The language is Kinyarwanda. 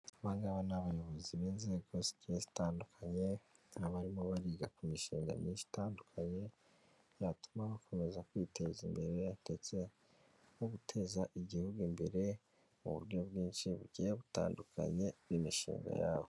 Abangaba ni abayobozi b'inzego zigiye zitandukanye, baba barimo bariga ku mishinga myinshi itandukanye yatuma bakomeza kwiteza imbere ndetse no guteza igihugu imbere mu buryo bwinshi bugiye butandukanye bw'imishinga yabo.